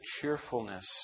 cheerfulness